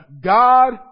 God